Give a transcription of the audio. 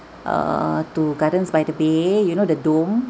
err to gardens by the bay you know the dome